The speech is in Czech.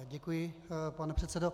Děkuji, pane předsedo.